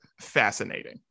fascinating